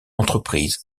entreprise